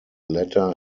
letter